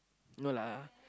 no lah